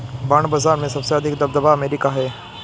bond बाजार में सबसे अधिक दबदबा अमेरिका का है